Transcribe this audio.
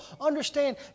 Understand